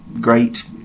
great